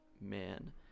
man